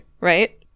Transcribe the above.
right